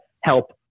help